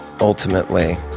ultimately